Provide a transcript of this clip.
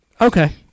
Okay